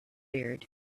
beard